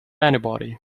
anybody